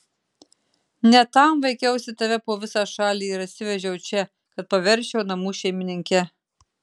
ne tam vaikiausi tave po visą šalį ir atsivežiau čia kad paversčiau namų šeimininke